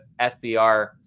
SBR